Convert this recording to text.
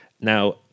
Now